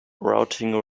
routing